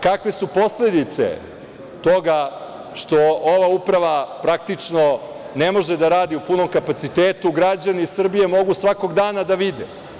Kakve su posledice toga što ova uprava praktično ne može da radi u punom kapacitetu, građani Srbije mogu svakog dana da vide.